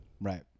Right